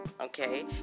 okay